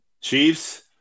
Chiefs